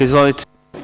Izvolite.